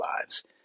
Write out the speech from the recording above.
lives